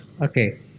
okay